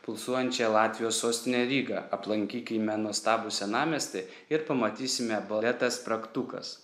pulsuojančią latvijos sostinę rygą aplankykime nuostabų senamiestį ir pamatysime baletą spragtukas